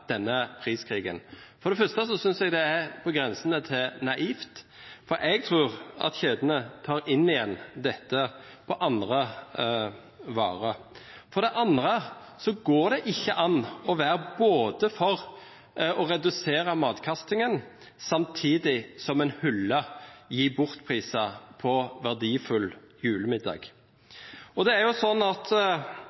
denne priskrigen. For det første synes jeg det er på grensen til naivt, for jeg tror at kjedene tar inn igjen dette på andre varer. For det andre går det ikke an å være for å redusere matkastingen samtidig som man hyller gi-bort-priser på verdifull julemiddag. Når regjeringen ønsker å få redusert sløsingen med strøm, innfører den økt elavgift. Når regjeringen mener at